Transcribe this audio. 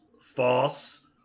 false